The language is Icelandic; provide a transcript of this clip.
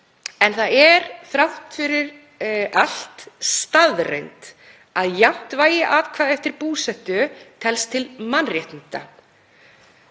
en það er þrátt fyrir allt staðreynd að jafnt vægi atkvæða eftir búsetu telst til mannréttinda,